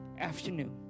afternoon